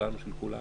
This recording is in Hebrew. שלנו של כולנו,